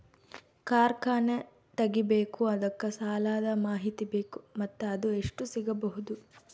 ಕಾರ್ಖಾನೆ ತಗಿಬೇಕು ಅದಕ್ಕ ಸಾಲಾದ ಮಾಹಿತಿ ಬೇಕು ಮತ್ತ ಅದು ಎಷ್ಟು ಸಿಗಬಹುದು?